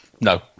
No